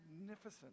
magnificent